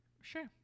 Sure